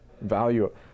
value